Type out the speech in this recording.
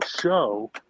show